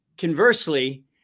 conversely